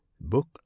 book